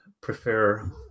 prefer